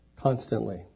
constantly